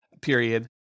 period